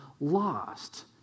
lost